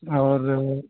اور